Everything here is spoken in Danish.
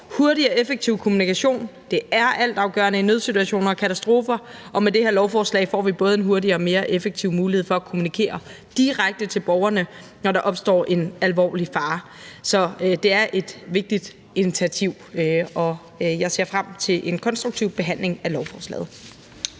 Hurtig og effektiv kommunikation er altafgørende i nødsituationer og katastrofer, og med det her lovforslag får vi både en hurtigere og mere effektiv mulighed for at kommunikere direkte til borgerne, når der opstår en alvorlig fare. Så det er et vigtigt initiativ, og jeg ser frem til en konstruktiv behandling af lovforslaget.